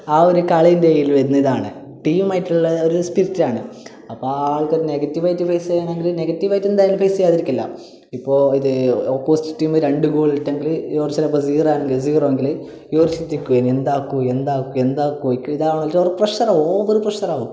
ആ ഒരു കളീൻ്റെ ഇതിൽ വരുന്ന ഒരിതാണ് ടീമായിട്ടുള്ള ഒരു സ്പിരിറ്റാണ് അപ്പോൾ ആ ആൾക്ക് ഒരു നെഗറ്റീവ് ആയിട്ട് ഫേസ് ചെയ്യണമെങ്കിൽ നെഗറ്റീവായിട്ട് എന്തായാലും ഫേസ് ചെയ്യാതിരിക്കില്ല ഇപ്പോൾ ഇത് ഓപ്പോസിറ്റ് ടീം രണ്ട് ഗോള് ഇട്ടെങ്കിൽ ഒരു ചിലപ്പോൾ സീറോ ആണെങ്കിൽ സീറോ എങ്കിൽ ഈ ഒരു എന്താക്കും എന്താക്കും എന്താക്കും അയ്ക്കു ഇതാണല്ലൊ അവിടെ പ്രെഷറ് ഓവർ പ്രെഷറാവും